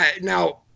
Now